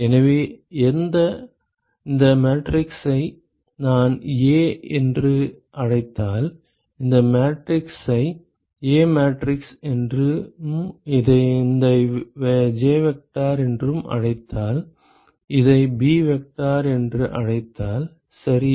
எனவே இந்த மேட்ரிக்ஸை நான் A என்று அழைத்தால் இந்த மேட்ரிக்ஸை A மேட்ரிக்ஸ் என்றும் இதை J வெக்டார் என்றும் அழைத்தால் இதை b வெக்டார் என்று அழைத்தால் சரியா